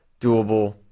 doable